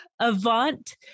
Avant